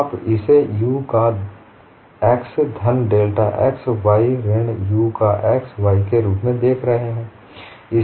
आप इसे u का x धन डेल्टा x y ऋण u का x y के रूप में देख रहे हैं